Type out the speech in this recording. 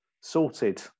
Sorted